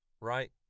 right